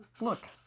Look